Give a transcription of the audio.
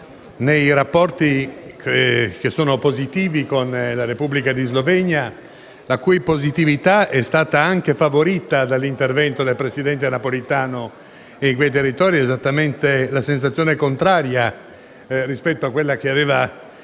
nei rapporti, positivi, con la Repubblica di Slovenia, la cui positività è stata anche favorita dall'intervento del presidente Napolitano in quei territori (esattamente la sensazione contraria rispetto a quella espressa